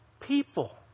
people